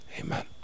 Amen